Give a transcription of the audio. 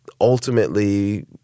ultimately